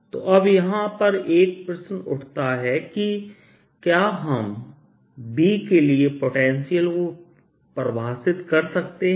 तो अब यहां पर एक प्रश्न उठता है कि क्या हम B के लिए पोटेंशियल को परिभाषित कर सकते हैं